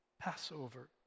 Passover